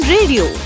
Radio